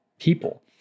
people